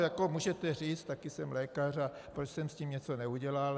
Ano, můžete říct taky jsem lékař, proč jsem s tím něco neudělal.